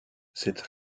cette